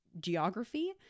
geography